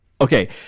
Okay